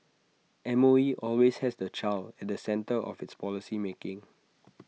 M O E always has the child at the centre of its policy making